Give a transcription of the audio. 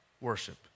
worship